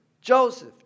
Joseph